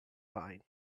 fine